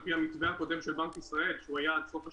פי המתווה הקודם של בנק ישראל שהיה עד סוף השנה.